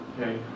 Okay